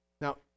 Now